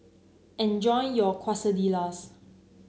enjoy your Quesadillas